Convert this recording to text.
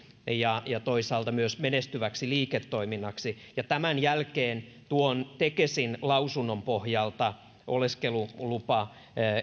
ja ja toisaalta myös menestyväksi liiketoiminnaksi ja tämän jälkeen tuon tekesin lausunnon pohjalta oleskelulupa